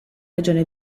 regione